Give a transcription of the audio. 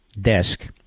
desk